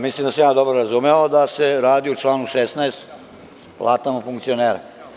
Mislim da sam dobro razumeo da se radi o članu 16, platama funkcionera.